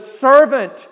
servant